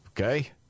Okay